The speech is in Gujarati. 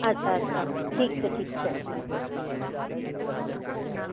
અચ્છા અચ્છા ઠીક છે ઠીક છે